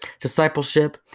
Discipleship